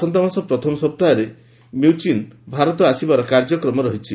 ଆସନ୍ତାମାସ ପ୍ରଥମ ସପ୍ତାହରେ ମ୍ବଚିନ୍ ଭାରତ ଆସିବାର କାର୍ଯ୍ୟକ୍ରମ ରହିଛି